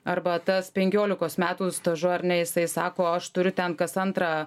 arba tas penkiolikos metų stažu ar ne jisai sako aš turiu ten kas antrą